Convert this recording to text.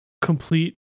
Complete